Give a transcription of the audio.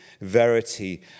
Verity